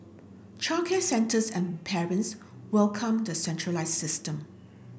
childcare centres and parents welcomed the centralised system